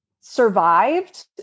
survived